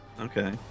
Okay